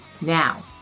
Now